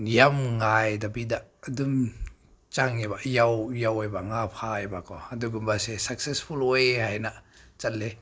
ꯌꯥꯝ ꯉꯥꯏꯗꯕꯤꯗ ꯑꯗꯨꯝ ꯆꯪꯉꯦꯕ ꯌꯧꯋꯦꯕ ꯉꯥ ꯐꯥꯏꯕꯀꯣ ꯑꯗꯨꯒꯨꯝꯕꯁꯦ ꯁꯛꯁꯦꯁꯐꯨꯜ ꯑꯣꯏ ꯍꯥꯏꯅ ꯆꯠꯂꯦ